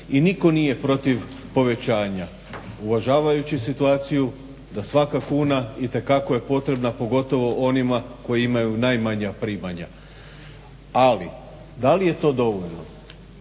I nitko nije protiv povećanja. Uvažavajući situaciju da svaka kuna itekako je potrebna pogotovo onima koji imaju najmanja primanja. Ali da li je to dovoljno?